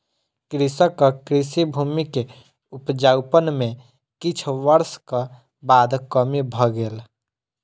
कृषकक कृषि भूमि के उपजाउपन में किछ वर्षक बाद कमी भ गेल